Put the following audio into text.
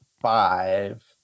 five